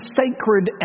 sacred